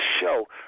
show